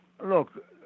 Look